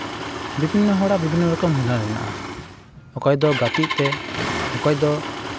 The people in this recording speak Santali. ᱵᱤᱵᱷᱤᱱᱱᱚ ᱦᱚᱲᱟᱜ ᱵᱤᱵᱷᱤᱱᱱᱚ ᱨᱚᱠᱚᱢ ᱦᱩᱱᱟᱹᱨ ᱢᱮᱱᱟᱜᱼᱟ ᱚᱠᱚᱭ ᱫᱚ ᱜᱟᱛᱮᱜ ᱛᱮ ᱚᱠᱚᱭ ᱫᱚ